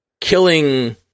killing